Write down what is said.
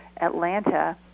Atlanta